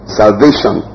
salvation